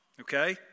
Okay